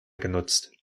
genutzt